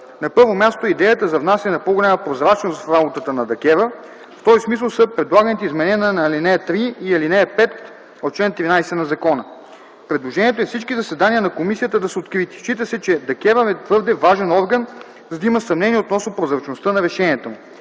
На първо място е идеята за внасяне на по-голяма прозрачност в работата на ДКЕВР. В този смисъл са предлаганите изменения на ал. 3 и ал. 5 от чл. 13 на закона. Предложението е всички заседания на Комисията да са открити. Счита се, че ДКЕВР е твърде важен орган, за да има съмнение относно прозрачността на решенията му.